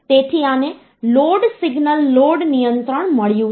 તેથી આને load signal load નિયંત્રણ મળ્યું છે